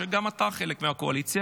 וגם אתה חלק מהקואליציה,